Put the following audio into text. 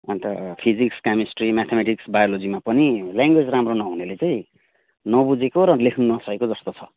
अनि त physics chemistry mathematics बायोलोजीमा पनि ल्याङ्ग्वेज राम्रो नहुनेले चाहिँ नबुझेको र लेख्न नसकेको जस्तो छ